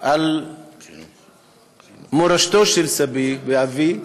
על מורשתו של סבי ואבי,